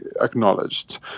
acknowledged